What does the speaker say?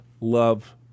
love